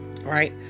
right